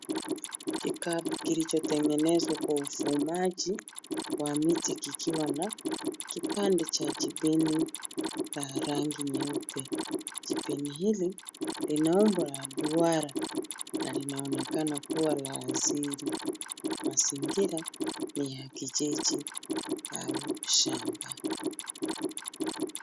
Kikapu kilichotengenezwa kwa ufumaji wa miti kikiwa na kipande cha jibini La rangi nyeupe. Jibini hili lina umbo la duara na linaonekana kuwa la asili. Mazingira ni ya kijiji au shamba.